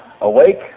awake